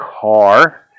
car